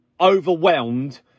overwhelmed